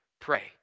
pray